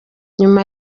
nyuma